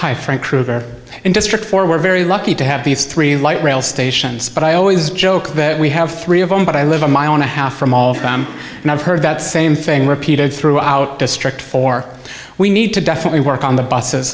hi frank kruger in district four we're very lucky to have these three light rail stations but i always joke that we have three of them but i live a mile and a half from all of them and i've heard that same thing repeated throughout district four we need to definitely work on the buses